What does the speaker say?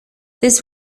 this